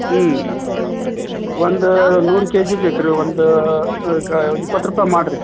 ಹ್ಞೂ ಒಂದು ನೂರು ಕೆಜಿ ಬೇಕು ರೀ ಒಂದು ಕ ಇಪ್ಪತ್ತು ರೂಪಾಯಿ ಮಾಡಿರಿ